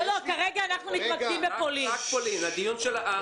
כרגע אנחנו מתמקדים במסעות לפולין.